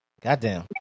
Goddamn